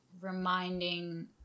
reminding